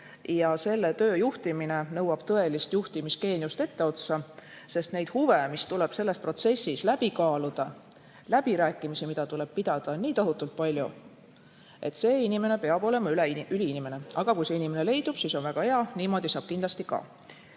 ja selle töö juhtimine nõuab etteotsa tõelist juhtimisgeeniust. Neid huve, mis tuleb selles protsessis läbi kaaluda, läbirääkimisi, mida tuleb pidada, on nii tohutult palju, et see inimene peab olema üliinimene. Aga kui see inimene leidub, siis on väga hea, niimoodi saab kindlasti ka.